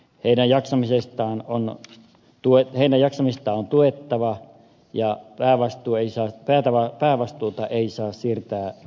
heidän jaksamistaan on tuettava ja päävastuuta ei saa siirtää omaishoitajille